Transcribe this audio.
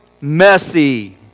messy